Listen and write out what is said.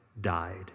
died